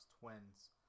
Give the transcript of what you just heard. Twins